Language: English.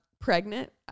pregnant